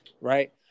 right